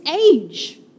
age